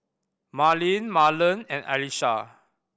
Marlene Marland and Alysha